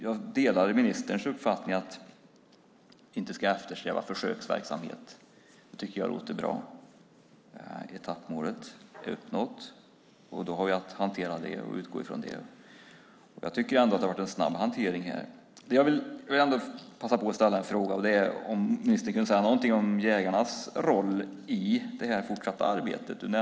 Jag delar ministerns uppfattning att vi inte ska eftersträva försöksverksamhet. Det låter bra. Etappmålet är uppnått, och då har vi att hantera det och utgå från det. Jag tycker ändå att det har varit en snabb hantering. Jag vill passa på att ställa en fråga, och det är om ministern kan säga någonting om jägarnas roll i det fortsatta arbetet.